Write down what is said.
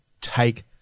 take